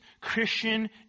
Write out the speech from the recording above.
Christian